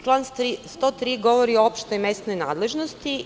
Član 103. govori o opštoj mesnoj nadležnosti.